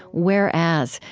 whereas,